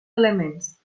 elements